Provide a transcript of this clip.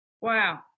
Wow